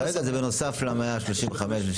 זה בנוסף ל-135.